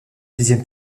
dixième